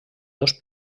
dos